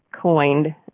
coined